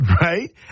right